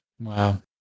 Wow